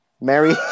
Mary